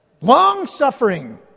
long-suffering